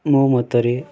ମୋ ମତରେ